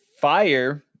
Fire